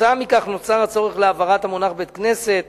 כתוצאה מכך נוצר הצורך להבהיר את המונח "בית-כנסת"